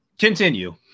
Continue